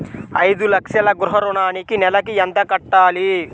ఐదు లక్షల గృహ ఋణానికి నెలకి ఎంత కట్టాలి?